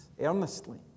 earnestly